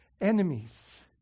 Enemies